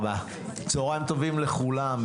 צהריים טובים לכולם,